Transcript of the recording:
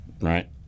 Right